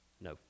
No